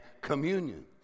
communion